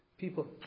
People